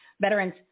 veterans